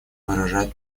выражает